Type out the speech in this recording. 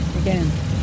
again